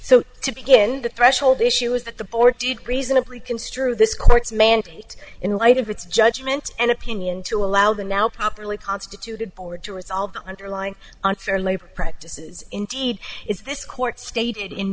so to begin the threshold issue is that the board did reasonably construe this court's mandate in light of its judgment and opinion to allow the now properly constituted board to resolve the underlying unfair labor practices indeed is this court stated in